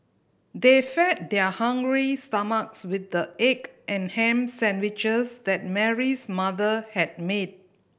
they fed their hungry stomachs with the egg and ham sandwiches that Mary's mother had made